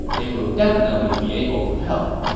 they will definitely be able to help.